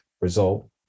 result